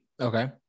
Okay